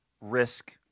risk